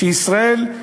שישראל,